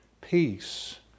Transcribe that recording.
peace